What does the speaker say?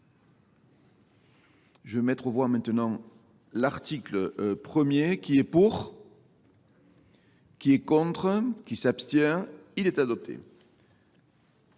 Je vais mettre au voie maintenant l'article premier qui est pour, qui est contre, qui s'abstient. Il est adopté.